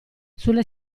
sulle